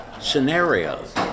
scenarios